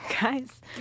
Guys